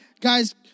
Guys